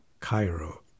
Cairo